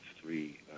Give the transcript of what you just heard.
three